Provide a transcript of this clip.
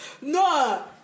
No